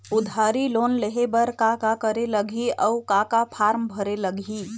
उधारी लोन लेहे बर का का करे लगही अऊ का का फार्म भरे लगही?